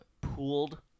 pooled